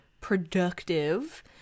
productive